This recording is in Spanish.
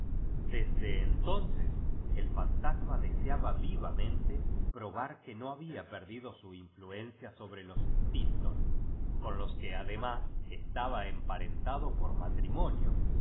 desde entonces el fantasma deseaba viva mente probar que no había perdido su in fluencia sobre los stilton can los que ademas estaba emparentado por matrimonio